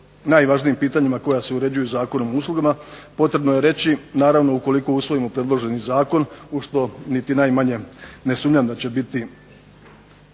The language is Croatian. najvažnijim pitanjima koja se uređuju Zakonom o uslugama potrebno je reći, naravno ukoliko usvojimo predloženi zakon, u što niti najmanje ne sumnjam da će biti